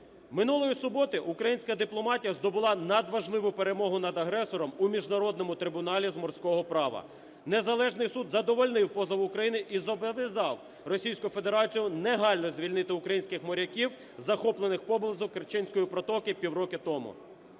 Минулої суботи українська дипломатія здобула надважливу перемогу над агресором у Міжнародному трибуналі з морського права. Незалежний суд задовольнив позов України і зобов'язав Російську Федерацію негайно звільнити українських моряків, захоплених поблизу Керченської протоки півроку тому.